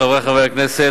חברי חברי הכנסת,